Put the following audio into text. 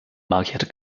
markiert